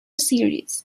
series